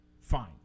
fine